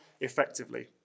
effectively